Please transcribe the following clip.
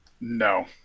No